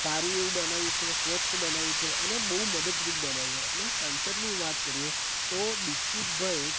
સારું એવું બનાવ્યું છે સ્વચ્છ બનાવ્યું છે અને બહુ મદદરૂપ બનાવ્યું છે અને સાંસદની વાત કરીએ તો તો દીક્ષિતભાઈ